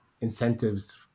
incentives